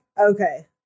Okay